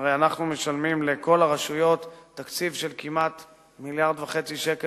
הרי אנחנו משלמים לכל הרשויות תקציב של כמעט 1.5 מיליארד שקל,